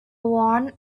one